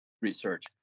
research